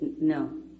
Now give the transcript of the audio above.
No